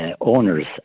owners